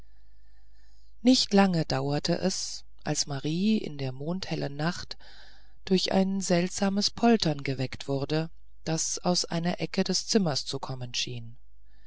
nicht lange dauerte es als marie in der mondhellen nacht durch ein seltsames poltern geweckt wurde das aus einer ecke des zimmers zu kommen schien